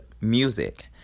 music